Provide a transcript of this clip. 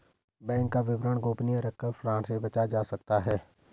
bank का विवरण गोपनीय रखकर फ्रॉड से बचा जा सकता है